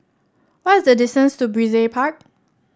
what is the distance to Brizay Park